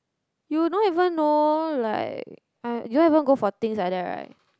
you don't even know like you don't haven't go for things like that right